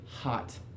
hot